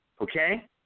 okay